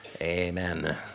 Amen